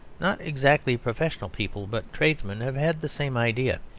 not exactly professional people, but tradesmen, have had the same idea.